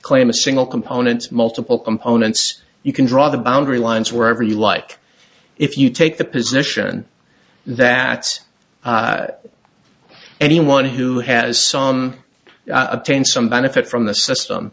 claim a single components multiple components you can draw the boundary lines wherever you like if you take the position that anyone who has some obtain some benefit from the system